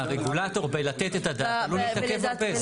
הרגולטור בלתת את הדעת עלול להתעכב הרבה,